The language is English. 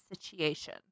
situation